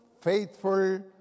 faithful